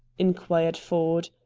inquired ford.